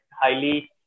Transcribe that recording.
highly